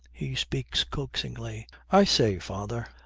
he speaks coaxingly. i say, father,